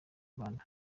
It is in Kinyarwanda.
rwanda